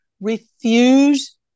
refuse